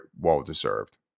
well-deserved